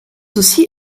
aussi